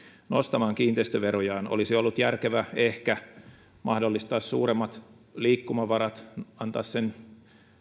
nostamaan kiinteistöverojaan olisi ollut järkevää ehkä mahdollistaa suuremmat liikkumavarat antaa sen